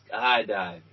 Skydiving